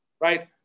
right